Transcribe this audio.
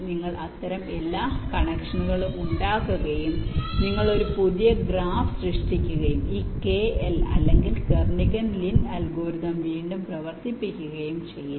നിങ്ങൾ അത്തരം എല്ലാ കണക്ഷനുകളും ഉണ്ടാക്കുകയും നിങ്ങൾ ഒരു പുതിയ ഗ്രാഫ് സൃഷ്ടിക്കുകയും ഈ K L അല്ലെങ്കിൽ Kernighan Lin അൽഗോരിതം വീണ്ടും പ്രവർത്തിപ്പിക്കുകയും ചെയ്യുന്നു